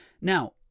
Now